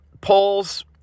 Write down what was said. polls